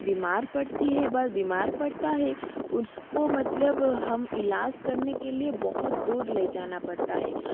बीमार पड़ता है बीमार पड़ता है उसको मतलब हम इलाज करने के लिए बहुत दूर ले जाना पड़ता है